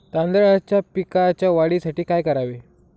तांदळाच्या पिकाच्या वाढीसाठी काय करावे?